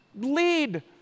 Lead